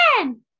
again